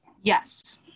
Yes